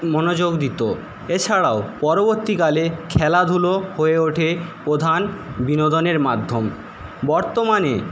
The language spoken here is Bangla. মনোযোগ দিত এছাড়াও পরবর্তীকালে খেলাধুলো হয়ে ওঠে প্রধান বিনোদনের মাধ্যম বর্তমানে